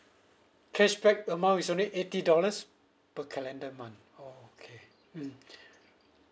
cashback amount is only eighty dollars per calendar month okay mm